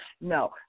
No